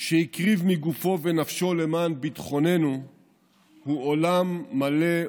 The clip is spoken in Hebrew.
שהקריב מגופו ונפשו למען ביטחוננו הוא עולם מלא,